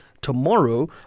tomorrow